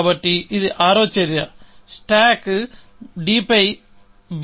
కాబట్టి ఇది ఆరవ చర్య స్టాక్ d పై b